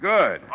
Good